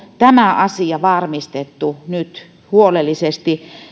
tämä asia varmistettu nyt huolellisesti